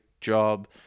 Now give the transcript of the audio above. job